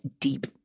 deep